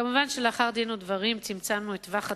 כמובן, לאחר דין-ודברים צמצמנו את טווח הדחייה,